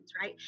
right